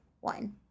one